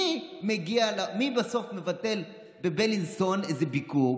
מי בסוף מבטל בבלינסון איזה ביקור?